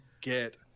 get